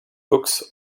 books